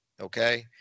okay